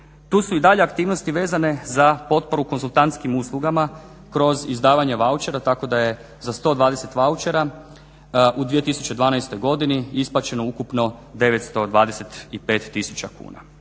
Tu su i dalje aktivnosti vezane za potporu konzultantskim uslugama kroz izdavanje vaučera tako da je za 120 vaučera u 2012. godini isplaćeno ukupno 925000 kuna.